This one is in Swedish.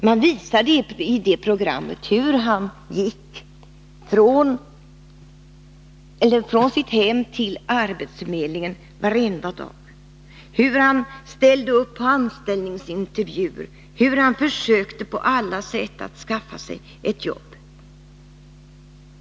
Man visade i det programmet hur han gick från sitt hem till arbetsförmedlingen varenda dag, hur han ställde upp på anställningsintervjuer, hur han på alla sätt försökte skaffa sig ett jobb.